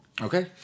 Okay